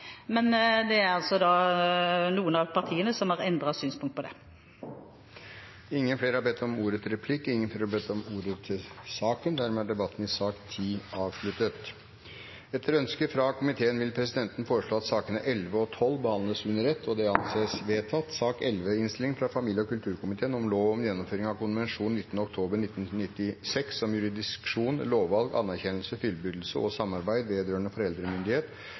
men det er altså noen av partiene som har endret synspunkt på det. Replikkordskiftet er omme. Flere har ikke bedt om ordet til sak nr. 10. Etter ønske fra komiteen vil presidenten foreslå at sakene nr. 11 og 12 behandles under ett. – Det anses vedtatt. Etter ønske fra familie- og kulturkomiteen vil presidenten foreslå at taletiden begrenses til 5 minutter til hver partigruppe og 5 minutter til medlem av